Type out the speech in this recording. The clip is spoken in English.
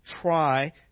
try